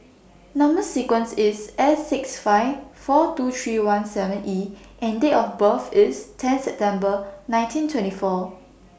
Number sequence IS S six five four two three one seven E and Date of birth IS ten September nineteen twenty four